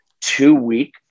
two-week